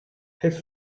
his